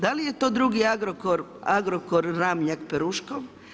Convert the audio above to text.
Da li je to drugi Agrokor, Agrokor Ramljak-Peruško?